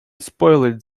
spoiled